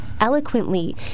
eloquently